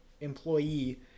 employee